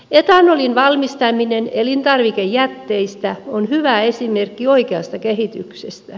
etanolin valmistaminen elintarvikejätteistä on hyvä esimerkki oikeasta kehityksestä